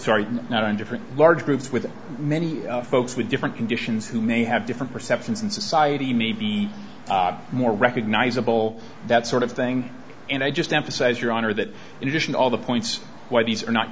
sorry not on different large groups with many folks with different conditions who may have different perceptions in society may be more recognisable that sort of thing and i just emphasize your honor that in addition all the points why these are not